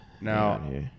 Now